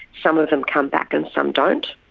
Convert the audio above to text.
some of them come back and some don't.